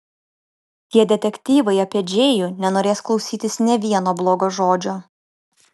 tie detektyvai apie džėjų nenorės klausytis nė vieno blogo žodžio